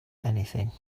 anything